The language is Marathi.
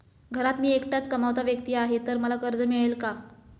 घरात मी एकटाच कमावता व्यक्ती आहे तर मला कर्ज मिळेल का?